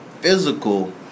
physical